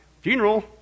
Funeral